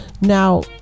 Now